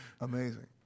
Amazing